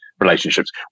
relationships